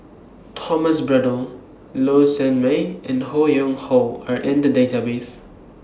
Thomas Braddell Low Sanmay and Ho Yuen Hoe Are in The Database